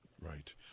Right